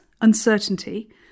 uncertainty